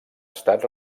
estat